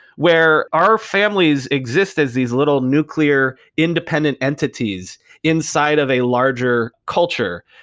where our families exist as these little nuclear independent entities inside of a larger culture,